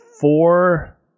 four